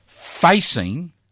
facing